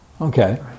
Okay